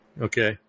okay